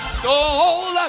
soul